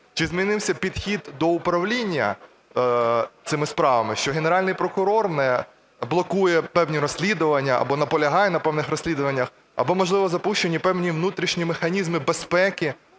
Чи змінився підхід до управління цими справами, що Генеральний прокурор не блокує певні розслідування або наполягає на певних розслідуваннях? Або, можливо, запущені певні внутрішні механізми безпеки,